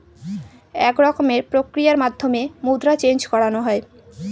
এক রকমের প্রক্রিয়ার মাধ্যমে মুদ্রা চেন্জ করানো হয়